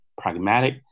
pragmatic